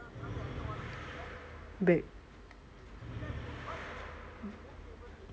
back